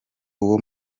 uwo